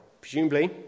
presumably